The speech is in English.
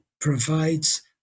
provides